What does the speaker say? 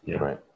Right